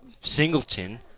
Singleton